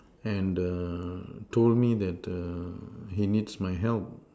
and err told me that err he needs my help